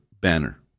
banner